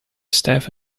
staff